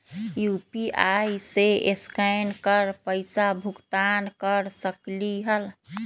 UPI से scan कर पईसा भुगतान कर सकलीहल?